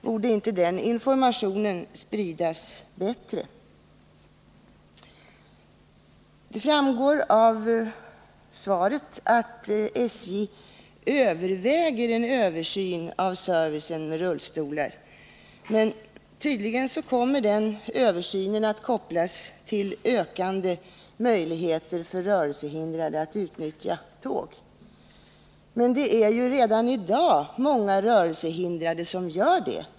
Borde inte den informationen spridas bättre? Det framgår av svaret att SJ överväger en översyn av servicen med rullstolar. Tydligen kommer den översynen att kopplas till ökande möjligheter för rörelsehindrade att utnyttja tåg. Men det är ju redan i dag många rörelsehindrade som gör det.